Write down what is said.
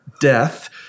death